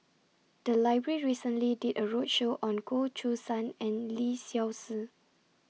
The Library recently did A roadshow on Goh Choo San and Lee Seow Ser